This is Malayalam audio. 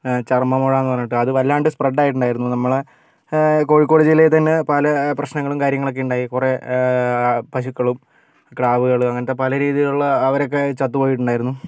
ചർമ്മ മുഴ എന്ന് പറഞ്ഞിട്ട് അത് വല്ലാണ്ട് സ്പ്രെഡ് ആയിട്ടായിരുന്നു നമ്മളുടെ കോഴിക്കോട് ജില്ലയിൽ തന്നെ പല പ്രശ്നങ്ങളും കാര്യങ്ങളൊക്കെ ഉണ്ടായി കുറേ പശുക്കളും കിടാവുകൾ അങ്ങനത്തെ പല രീതിയിലുള്ള അവരൊക്കെ ചത്തുപോയിട്ടുണ്ടായിരുന്നു